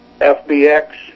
FBX